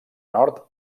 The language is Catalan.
nord